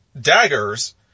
daggers